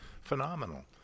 phenomenal